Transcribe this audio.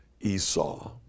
Esau